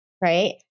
right